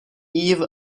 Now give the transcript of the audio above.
eve